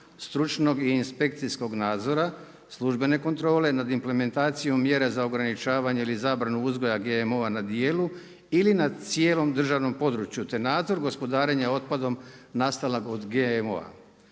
stručnog i inspekcijskog nadzora službene kontrole nad implementacijom mjere za ograničavanja ili zabranu uzgoja GMO na dijelu ili na cijelom državnom području, te nadzor gospodarenje otpadom nastalog od GMO-a.